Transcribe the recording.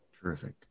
Terrific